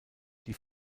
die